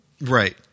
Right